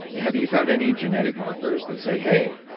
have you found any genetic markers that say hey,